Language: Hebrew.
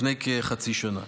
לפני כחצי שנה.